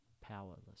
powerless